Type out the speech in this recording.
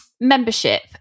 membership